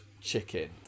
chicken